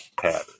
pattern